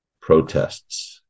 protests